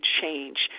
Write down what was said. change